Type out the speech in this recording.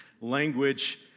language